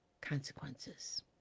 consequences